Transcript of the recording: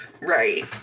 right